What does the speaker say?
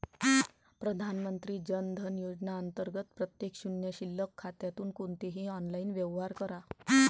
प्रधानमंत्री जन धन योजना अंतर्गत प्रत्येक शून्य शिल्लक खात्यातून कोणतेही ऑनलाइन व्यवहार करा